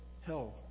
hell